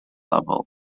level